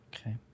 Okay